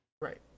Right